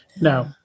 No